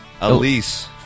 Elise